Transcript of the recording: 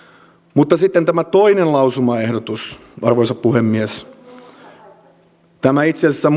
mutta sitten tämä toinen lausumaehdotus arvoisa puhemies itse asiassa